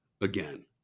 again